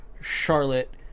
Charlotte